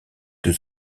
deux